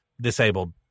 disabled